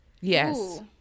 Yes